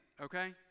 okay